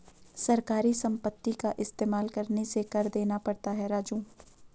सरकारी संपत्ति का इस्तेमाल करने से कर देना पड़ता है राजू